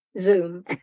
Zoom